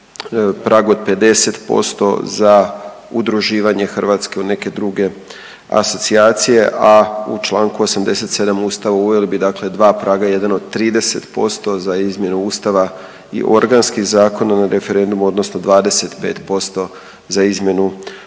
prag od 50% za udruživanje Hrvatske u neke druge asocijacije, a u čl. 87. ustava uveli bi dakle dva praga, jedan od 30% za izmjenu ustava i organskih zakona na referendumu odnosno 25% za izmjenu običnih